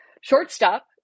Shortstop